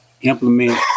implement